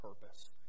purpose